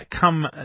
come